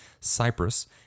Cyprus